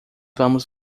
vamos